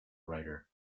writer